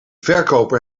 verkoper